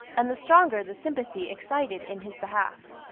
and the stronger the sympathy excited in his behalf.